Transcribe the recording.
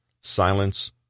silence